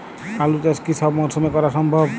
আলু চাষ কি সব মরশুমে করা সম্ভব?